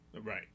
right